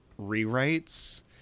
rewrites